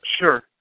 Sure